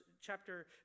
Chapter